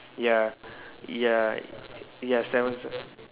ya ya ya seven star